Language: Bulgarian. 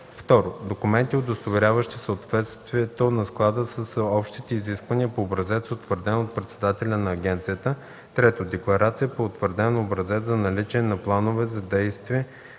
2. документи, удостоверяващи съответствието на склада с общите изисквания, по образец, утвърден от председателя на агенцията; 3. декларация по утвърден образец за наличие на планове за действие